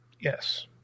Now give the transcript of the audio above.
Yes